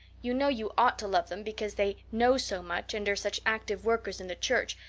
you know you ought to love them because they know so much and are such active workers in the church,